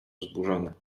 wzburzony